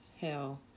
hell